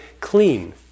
clean